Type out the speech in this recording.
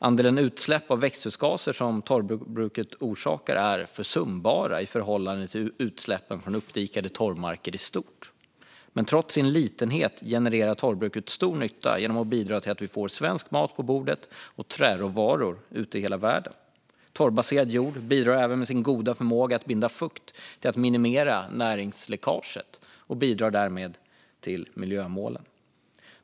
Andelen utsläpp av växthusgaser som torvbruket orsakar är försumbar i förhållande till utsläppen från uppdikade torvmarker i stort. Men trots sin litenhet genererar torvbruket stor nytta genom att bidra till att vi får svensk mat på bordet och träråvaror ute i världen. Torvbaserad jord bidrar även, genom sin goda förmåga att binda fukt, till att minimera näringsläckage och därmed till att vi når miljömålen.